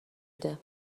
میده